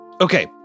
Okay